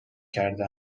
کرده